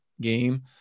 game